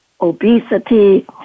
obesity